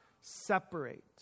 separate